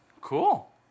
Cool